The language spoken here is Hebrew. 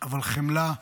אבל חמלה,